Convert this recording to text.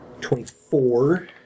twenty-four